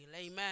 Amen